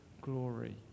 glory